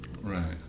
Right